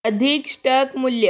अधिक स्टैक मूल्य